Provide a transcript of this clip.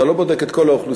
אתה לא בודק את כל האוכלוסייה,